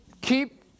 keep